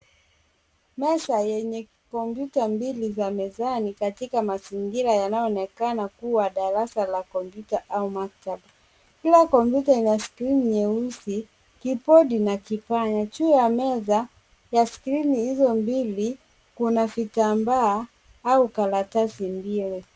Meza yenye kompyuta mbili za mezani katika mazingira yanaonekana kuwa darasa la kompyuta au maktaba. Kila kompyuta ina skirini nyeusi, kimbodi na kipanya. Juu ya meza ya skirini izo mbili kuna vitambaa au karatasi mbili.